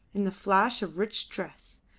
in the flash of rich dress,